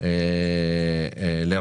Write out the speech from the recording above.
הים יום שני י"ח בכסלו התשפ"ב,